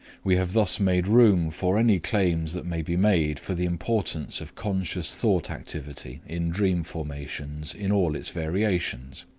we have thus made room for any claims that may be made for the importance of conscious thought activity in dream formations in all its variations.